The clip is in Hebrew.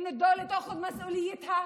שדיברת עליהם,